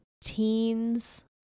teens